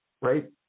right